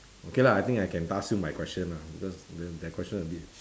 okay lah I think I can pass you my question lah because that that question a bit